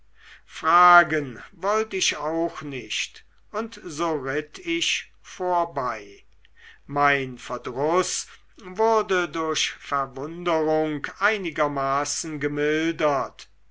fragen wollt ich auch nicht und so ritt ich vorbei mein verdruß wurde durch verwunderung einigermaßen gemildert